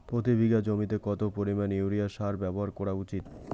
প্রতি বিঘা জমিতে কত পরিমাণ ইউরিয়া সার ব্যবহার করা উচিৎ?